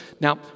Now